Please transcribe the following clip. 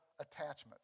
attachments